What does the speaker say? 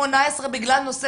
הוא בסדר.